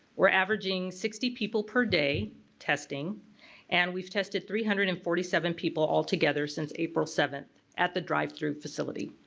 we're averaging sixty people per day testing and we've tested three hundred and forty seven people all together since april seventh at the drive-through facility.